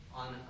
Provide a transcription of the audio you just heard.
on